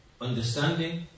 understanding